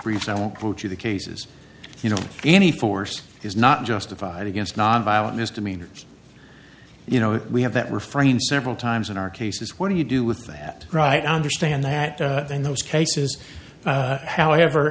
other i won't quote you the cases you know any force is not justified against nonviolent misdemeanors you know we have that refrain several times in our cases what do you do with that right i understand that in those cases however